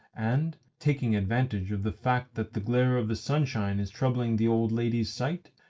and, taking advantage of the fact that the glare of the sunshine is troubling the old lady's sight,